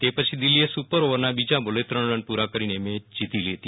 તે પછી દિલ્ફીએ સુ પર ઓવરના બીજા બોલે ત્રણ રન પૂ રા કરીનેમેચ જીતી લીધી